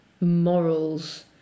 morals